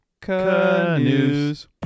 Canoes